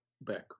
back